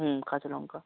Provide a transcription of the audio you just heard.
হুম কাঁচা লঙ্কা